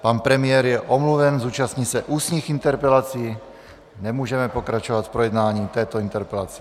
Pan premiér je omluven, zúčastní se ústních interpelací, nemůžeme pokračovat projednáním této interpelace.